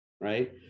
right